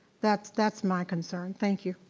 that's that's my concern, thank you.